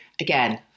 again